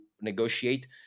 negotiate